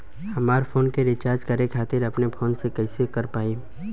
हमार फोन के रीचार्ज करे खातिर अपने फोन से कैसे कर पाएम?